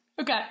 Okay